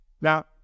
now